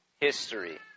history